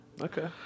Okay